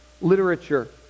literature